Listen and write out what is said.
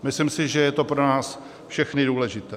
Myslím si, že je to pro nás všechny důležité.